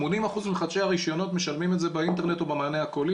80% ממחדשי הרישיונות משלמים את זה באינטרנט או במענה הקולי,